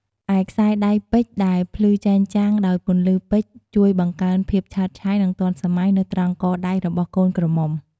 ឯខ្សែដៃពេជ្រដែលភ្លឺចែងចាំងដោយពន្លឺពេជ្រជួយបង្កើនភាពឆើតឆាយ និងទាន់សម័យនៅត្រង់កដៃរបស់កូនក្រមុំ។